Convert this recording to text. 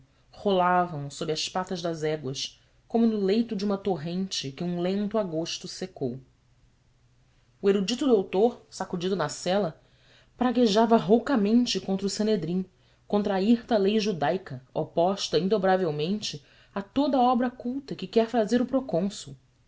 rolavam sobre as patas das éguas como no leito de uma torrente que um lento agosto secou o erudito doutor sacudido na sela praguejava roucamente contra o sanedrim contra a hirta lei judaica oposta indobravelmente a toda a obra culta que quer fazer o